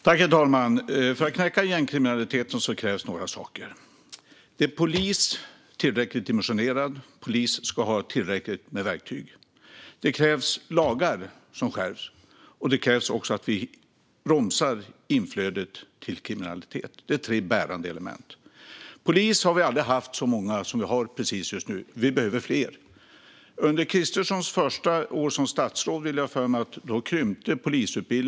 Herr talman! För att knäcka gängkriminaliteten krävs det några saker. Det krävs tillräckligt dimensionerad polis, och den ska ha tillräckligt med verktyg. Det krävs att lagar skärps. Och det krävs att vi bromsar inflödet till kriminalitet. Det är tre bärande element. Poliser har vi aldrig haft så många som vi har just nu. Men vi behöver fler. Jag har för mig att polisutbildningen krympte till ett minimum under Kristerssons första år som statsråd.